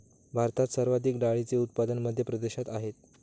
भारतात सर्वाधिक डाळींचे उत्पादन मध्य प्रदेशात आहेत